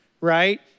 right